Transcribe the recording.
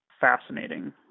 fascinating